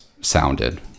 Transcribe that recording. sounded